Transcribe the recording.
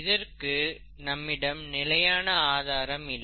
இதற்க்கு நம்மிடம் நிலையான ஆதாரம் இல்லை